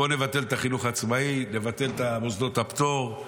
בוא נבטל את החינוך העצמאי, נבטל את מוסדות הפטור,